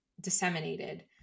disseminated